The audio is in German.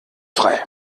frei